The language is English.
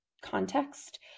context